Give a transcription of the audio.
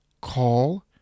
call